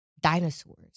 Dinosaurs